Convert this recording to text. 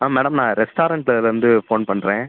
ஆ madam நான் ரெஸ்டாரண்ட்லேருந்து phone பண்ணுறேன்